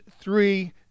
three